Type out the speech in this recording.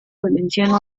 valenciano